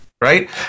right